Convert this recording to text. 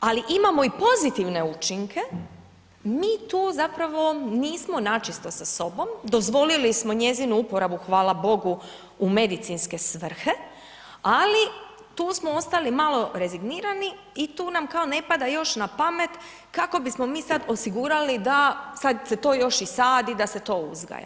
ali imamo i pozitivne učinke, mi tu zapravo nismo na čisto sa sobom, dozvolili smo njezinu uporabu, hvala Bogu u medicinske svrhe, ali tu smo ostali malo rezignirali i tu nam kao ne pada još na pamet, kako bismo mi sada osigurali da sada se to još i sadi, da se to uzgaja.